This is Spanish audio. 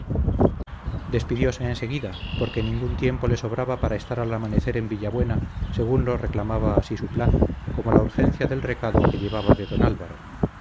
despidióse enseguida porque ningún tiempo le sobraba para estar al amanecer en villabuena según lo reclamaba así su plan como la urgencia del recado que llevaba de don álvaro